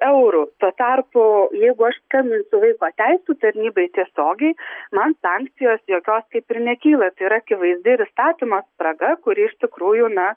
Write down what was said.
eurų tuo tarpu jeigu aš skambinsiu vaiko teisių tarnybai tiesiogiai man sankcijos jokios kaip ir nekyla tai yra akivaizdi ir įstatymo spraga kuri iš tikrųjų na